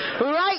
Right